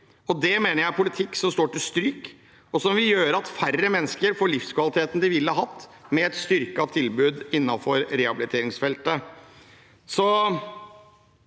Det mener jeg er politikk som står til stryk, og som vil gjøre at færre mennesker får den livskvaliteten de ville hatt med et styrket tilbud innenfor rehabiliteringsfeltet.